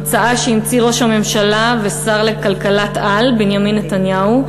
זו המצאה שהמציא ראש הממשלה והשר לכלכלת-על בנימין נתניהו.